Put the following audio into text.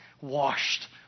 washed